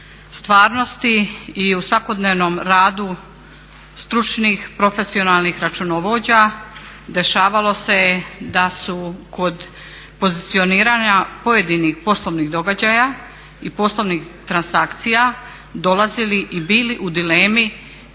stvarnosti i u svakodnevnom radu stručnih profesionalnih računovođa dešavalo se da su kod pozicioniranja pojedinih poslovnih događaja i poslovnih transakcija dolazili i bili u dilemi